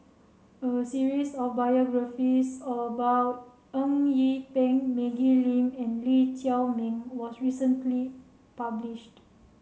a series of biographies about Eng Yee Peng Maggie Lim and Lee Chiaw Meng was recently published